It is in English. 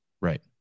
Right